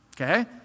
okay